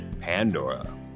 Pandora